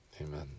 Amen